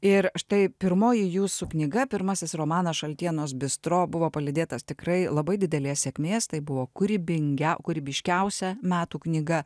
ir štai pirmoji jūsų knyga pirmasis romana šaltienos bistro buvo palydėtas tikrai labai didelės sėkmės tai buvo kūrybingiau kūrybiškiausia metų knyga